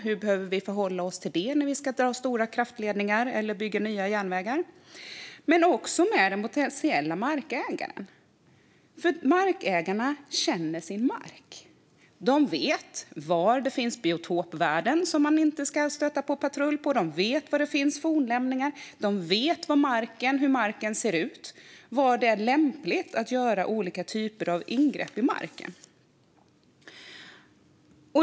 Hur behöver man förhålla sig till det när man ska dra stora kraftledningar eller bygga nya järnvägar? Man måste också prata med den potentiella markägaren, för markägarna känner sin mark. De vet var det finns biotopvärden som man inte ska stöta på patrull i samband med. De vet var det finns fornlämningar. De vet hur marken ser ut och var det är lämpligt att göra olika typer av ingrepp i marken.